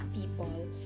people